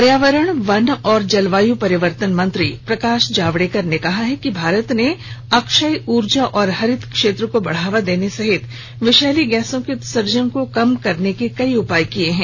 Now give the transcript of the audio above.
पर्यावरण वन और जलवायु परिवर्तन मंत्री प्रकाश जावड़ेकर ने कहा है कि भारत ने अक्षय ऊर्जा और हरित क्षेत्र को बढ़ावा देने सहित विषैली गैसों के उत्सर्जन को कम करने के कई उपाय किये हैं